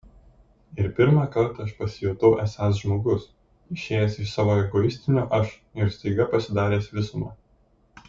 ir pirmą kartą aš pasijutau esąs žmogus išėjęs iš savo egoistinio aš ir staiga pasidaręs visuma